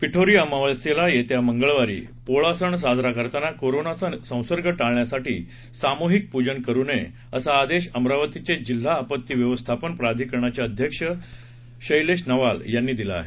पिठोरी अमावस्येला येत्या मंगळवारी पोळा सण साजरा करताना कोरोनाचा संसर्ग टाळण्यासाठी सामूहिक पूजन करु नये असा आदेश अमरावतीचे जिल्हा आपत्ती व्यवस्थापन प्राधिकरणाचे अध्यक्ष तसंच जिल्हाधिकारी शैलेश नवाल यांनी दिला आहे